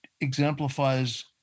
exemplifies